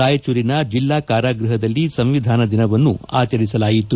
ರಾಯಚೂರಿನ ಜಿಲ್ಲಾ ಕಾರಾಗೃಹದಲ್ಲಿ ಸಂವಿಧಾನ ದಿನವನ್ನು ಆಚರಿಸಲಾಯಿತು